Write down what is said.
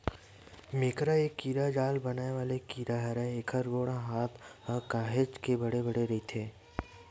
मेकरा ए कीरा जाल बनाय वाले कीरा हरय, एखर गोड़ हात ह काहेच के बड़े बड़े रहिथे